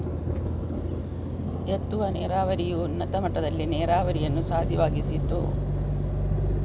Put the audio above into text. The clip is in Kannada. ಎತ್ತುವ ನೀರಾವರಿಯು ಉನ್ನತ ಮಟ್ಟದಲ್ಲಿ ನೀರಾವರಿಯನ್ನು ಸಾಧ್ಯವಾಗಿಸಿತು